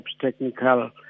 technical